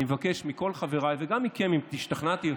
אני מבקש מכל חבריי וגם מכם, אם שכנעתי אתכם,